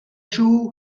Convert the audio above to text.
shoe